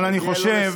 אבל אני חושב